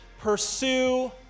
pursue